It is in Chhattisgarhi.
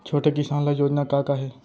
छोटे किसान ल योजना का का हे?